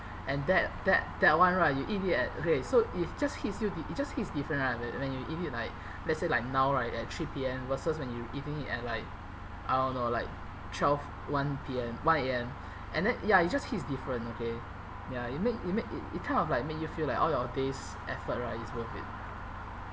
and that that that one right you eat it at okay so it just hits you it it just hits different right when when you eat it like let's say like now right at three P_M versus when you eating it at like I don't know like twelve one P_M one A_M and then ya it just hits different okay it make it make it it kind of like make you feel like all your day's effort right is worth it